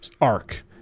arc